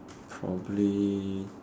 probably